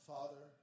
Father